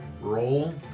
Roll